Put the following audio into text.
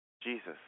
Jesus